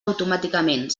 automàticament